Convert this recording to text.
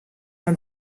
man